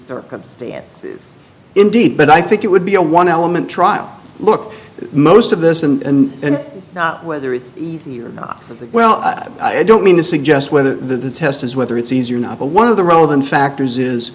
circumstance indeed but i think it would be a one element trial look most of this and not whether it's here or not well i don't mean to suggest whether the test is whether it's easier now but one of the relevant factors is